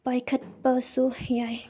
ꯄꯥꯏꯈꯠꯄꯁꯨ ꯌꯥꯏ